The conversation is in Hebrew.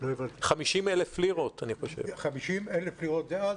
50,000 לירות דאז,